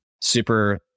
super